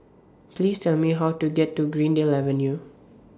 Please Tell Me How to get to Greendale Avenue